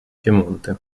piemonte